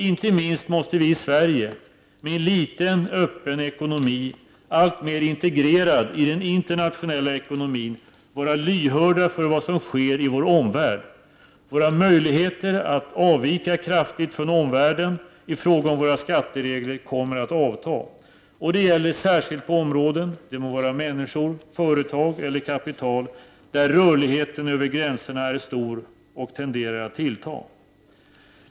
Inte minst måste vi i Sverige, med en liten öppen ekonomi alltmer integrerad i den internationella ekonomin, vara lyhörda för vad som sker i vår omvärld. Våra möjligheter att kraftigt avvika från omvärlden i fråga om våra skatteregler kommer att minska, särskilt på områden — det må gälla människor, företag eller kapital — där rörligheten över gränserna är stor och tenderar att tillta.